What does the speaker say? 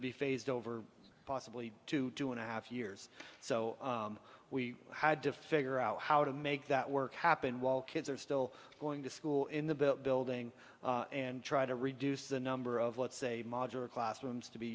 be phased over possibly to two and a half years so we had to figure out how to make that work happen while kids are still going to school in the building and try to reduce the number of let's say modular classrooms to be